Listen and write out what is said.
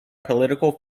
political